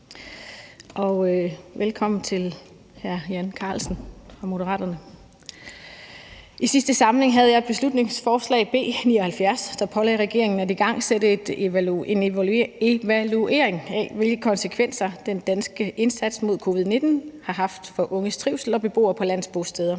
I sidste samling havde jeg beslutningsforslag nr. B 79, der pålagde regeringen at igangsætte en evaluering af, hvilke konsekvenser den danske indsats mod covid-19 har haft for unges trivsel og beboere på landets bosteder.